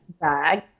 bag